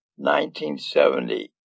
1970